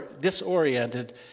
disoriented